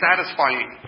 satisfying